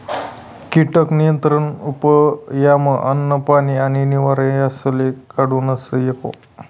कीटक नियंत्रण उपयमा अन्न, पानी आणि निवारा यासले काढूनस एको